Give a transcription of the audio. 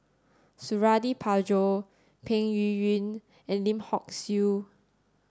Suradi Parjo Peng Yuyun and Lim Hock Siew